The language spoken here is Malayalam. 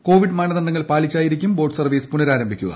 കോവിഡ് മാനദണ്ഡങ്ങൾ പാലിച്ചായിരിക്കും ബോട്ട് സർവീസ് പുനരാരംഭിക്കുക